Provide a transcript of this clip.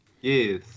Yes